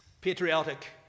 Patriotic